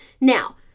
Now